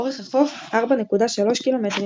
אורך החוף 4.3 קילומטרים.